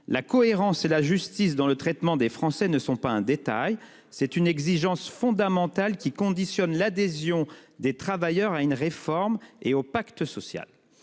La cohérence et la justice dans le traitement des Français ne sont pas un détail, c'est une exigence fondamentale, qui conditionne l'adhésion des travailleurs à une réforme et au pacte social.